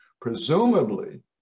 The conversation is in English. Presumably